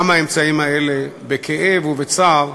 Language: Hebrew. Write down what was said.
גם האמצעים האלה, בכאב ובצער,